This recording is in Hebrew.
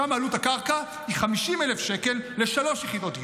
שם עלות הקרקע היא 50,000 שקל לשלוש יחידות דיור.